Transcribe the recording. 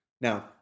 Now